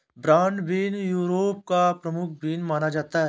broad bean Europe का प्रमुख bean माना जाता है